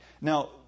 Now